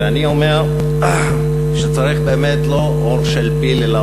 ואני אומר שצריך באמת לא עור של פיל אלא